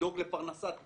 לדאוג לפרנסת בני,